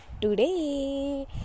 today